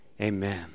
Amen